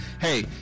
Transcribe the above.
hey